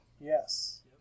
Yes